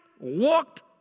walked